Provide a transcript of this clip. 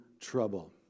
trouble